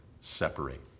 separate